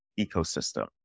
ecosystem